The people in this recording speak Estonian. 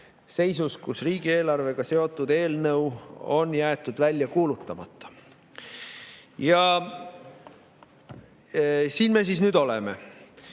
seisus, kus riigieelarvega seotud eelnõu on jäetud välja kuulutamata. Siin me nüüd siis oleme.